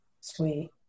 Sweet